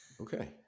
Okay